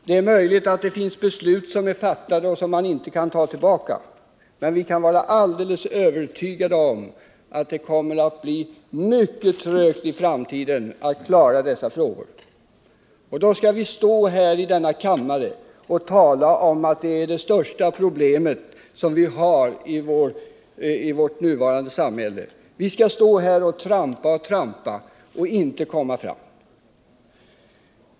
Det är möjligt att det har fattats beslut ute i kommunerna som man inte kan ta tillbaka, men vi skall vara alldeles övertygade om att det kommer att bli mycket trögt i framtiden att få fram behandlingsplatser. Då skall vi stå här i denna kammare och tala om att alkoholoch narkotikamissbruket är det största problem som vi har i vårt nuvarande samhälle. Vi skall stå här och trampa och trampa utan att komma någon vart.